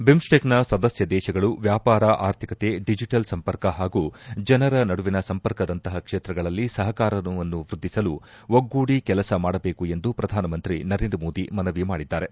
ಬಿಮ್ಸ್ಸೆಕ್ನ ಸದಸ್ನ ದೇಶಗಳು ವ್ಯಾಪಾರ ಆರ್ಥಿಕತೆ ಡಿಜೆಟಲ್ ಸಂಪರ್ಕ ಹಾಗೂ ಜನರ ನಡುವಿನ ಸಂಪರ್ಕದಂತಹ ಕ್ಷೇತ್ರಗಳಲ್ಲಿ ಸಹಕಾರವನ್ನು ವ್ಯದ್ದಿಸಲು ಒಗ್ಗೂಡಿ ಕೆಲಸ ಮಾಡಬೇಕು ಎಂದು ಪ್ರಧಾನಮಂತ್ರಿ ನರೇಂದ್ರ ಮೋದಿ ಮನವಿ ಮಾಡಿದ್ದಾರೆ